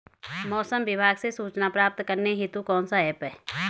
मौसम विभाग से सूचना प्राप्त करने हेतु कौन सा ऐप है?